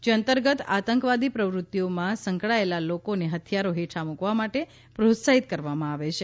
જે અંતર્ગત આતંકવાદી પ્રવૃત્તિઓમાં સંકળાયેલા લોકોને હથિયારો હેઠા મુકવા માટે પ્રોત્સાહિત કરવામાં આવે છે